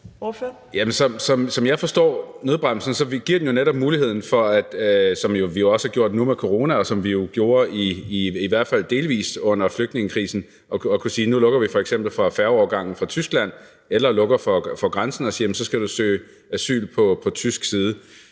Som jeg forstår nødbremsen, giver den netop mulighed for, som vi jo også har gjort nu under corona, og som vi delvis gjorde under flygtningekrisen, at kunne sige, at nu lukker vi f.eks. for færgeoverfarten fra Tyskland eller lukker grænsen og siger, at man skal søge om asyl på den tyske side.